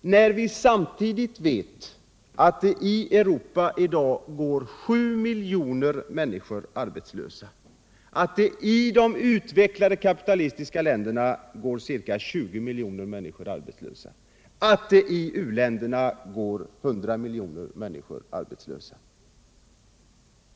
när vi samtidigt vet att det i Europa i dag går 7 miljoner människor arbetslösa, att det i de utvecklade kapitalistiska länderna går ca 20 miljoner människor arbetslösa och att det i uländerna går 100 miljoner människor arbetslösa?